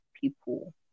people